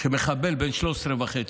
שמחבל בן 13 וחצי,